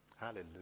Hallelujah